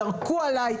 ירקו עליי.